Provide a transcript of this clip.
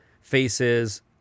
faces